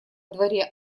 дворе